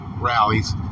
rallies